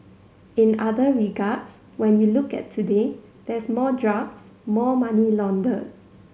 in other regards when you look at today there's more drugs more money laundered